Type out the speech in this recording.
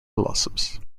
blossoms